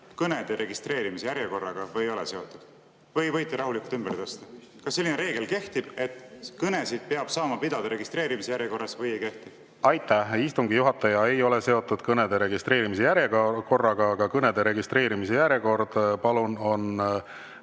kõnede registreerimise järjekorraga või ei ole seotud, nii et võite [järjekorras olijaid] rahulikult ümber tõsta? Kas selline reegel kehtib, et kõnesid peab saama pidada registreerimise järjekorras, või ei kehti? Aitäh! Istungi juhataja ei ole seotud kõnede registreerimise järjekorraga. Aga kõnede registreerimise järjekord on